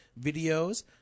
videos